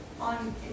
on